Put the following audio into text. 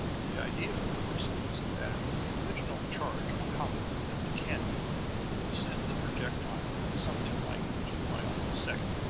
the idea, of course, is that the original charge of powder within the cannon will send the projectile at something like two miles a second.